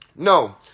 No